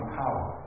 power